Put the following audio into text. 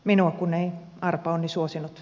minua kun ei arpaonni suosinut